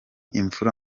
imfura